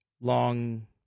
long